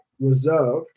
reserved